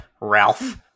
Ralph